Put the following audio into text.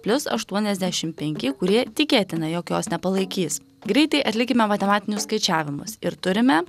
plius aštuoniasdešim penki kurie tikėtina jog jos nepalaikys greitai atlikime matematinius skaičiavimus ir turime